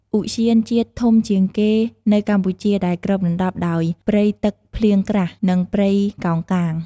ទ្យានជាតិធំជាងគេនៅកម្ពុជាដែលគ្របដណ្ដប់ដោយព្រៃទឹកភ្លៀងក្រាស់ និងព្រៃកោងកាង។